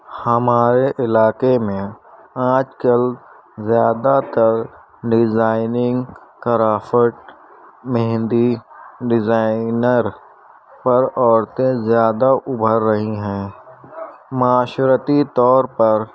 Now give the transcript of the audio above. ہمارے علاقے میں آج کل زیادہ تر ڈیزائننگ کرافٹ مہندی ڈیزائنر پر عورتیں زیادہ ابھر رہی ہیں معاشرتی طور پر